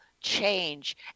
change